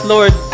Lord